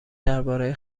درباره